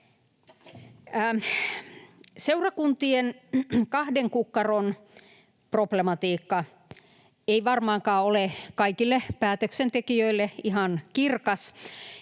Seurakuntien kahden kukkaron problematiikka ei varmaankaan ole kaikille päätöksentekijöille ihan kirkas.